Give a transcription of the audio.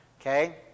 okay